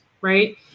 right